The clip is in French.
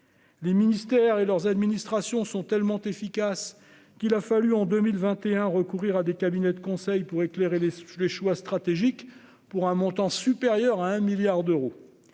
Les ministères et leurs administrations sont tellement efficaces qu'il a fallu, en 2021, recourir à des cabinets de conseil pour éclairer les choix stratégiques, pour un montant supérieur à 1 milliard d'euros.